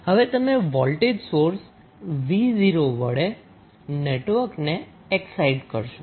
હવે તમે voltage source 𝑣0 વડે નેટવર્કને એક્સાઈટ કરશો